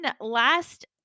last